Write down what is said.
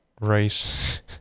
race